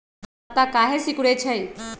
पत्ता काहे सिकुड़े छई?